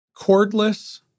cordless